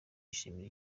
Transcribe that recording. yishimira